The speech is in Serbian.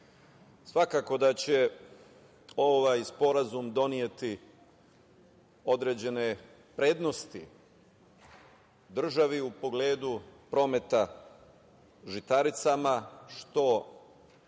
čuli. Svakako da će ovaj sporazum doneti određene prednosti državi u pogledu prometa žitaricama što